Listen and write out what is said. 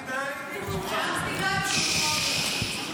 מעט מדי ומאוחר מדי.